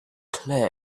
clear